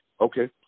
Okay